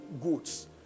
goods